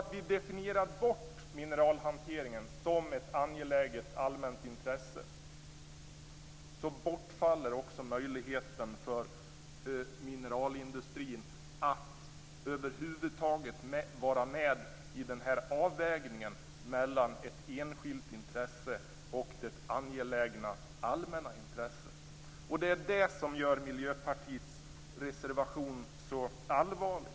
Om ni definierar bort mineralhanteringen som ett angeläget allmänt intresse bortfaller möjligheten för mineralindustrin att över huvud taget delta i avvägningen mellan ett enskilt intresse och det angelägna allmänna intresset. Det är detta som gör Miljöpartiets reservation så allvarlig.